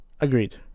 Agreed